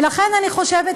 לכן אני חושבת,